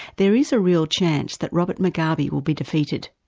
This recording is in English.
there is a real chance that robert mugabe will be defeated,